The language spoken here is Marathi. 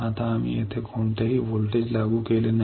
आता आम्ही येथे कोणतेही व्होल्टेज लागू केले नाही